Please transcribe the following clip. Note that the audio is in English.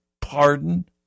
pardon